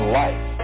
life